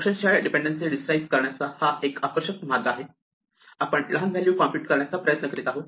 फंक्शनच्या dependency describe करण्याचा हा एक आकर्षक मार्ग आहे आपण लहान व्हॅल्यू कॉम्प्युट करण्याचा प्रयत्न करीत आहोत